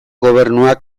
gobernuak